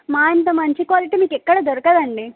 మా అంత మంచి క్వాలిటీ మీకు ఎక్కడ దొరకదు అండి